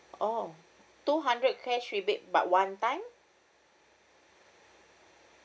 oh two hundred cash rebate but one time